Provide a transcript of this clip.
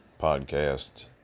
podcast